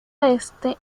este